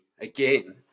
again